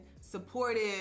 supportive